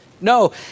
No